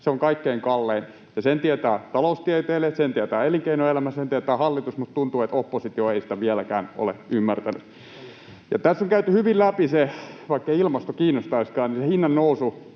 Se on kaikkein kalleinta, ja sen tietävät taloustieteilijät, sen tietää elinkeinoelämä, ja sen tietää hallitus, mutta tuntuu, että oppositio ei sitä vieläkään ole ymmärtänyt. Tässä on käyty hyvin läpi se — vaikkei ilmasto kiinnostaisikaan — että se hinnan nousu